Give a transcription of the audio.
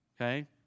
okay